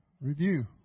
Review